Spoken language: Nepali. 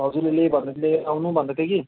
भाउजूले ले लिएर आउनू भन्दैथ्यो कि